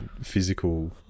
physical